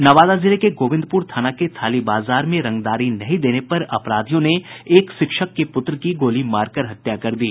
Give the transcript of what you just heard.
नवादा जिले के गोविंदपुर थाना के थाली बाजार में रंगदारी नहीं देने पर अपराधियों ने एक शिक्षक के पूत्र की गोली मारकर हत्या कर दी